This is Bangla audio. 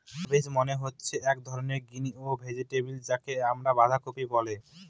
কাব্বেজ মানে হচ্ছে এক ধরনের গ্রিন ভেজিটেবল যাকে আমরা বাঁধাকপি বলে